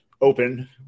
open